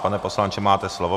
Pane poslanče, máte slovo.